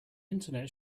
internet